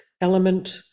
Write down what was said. element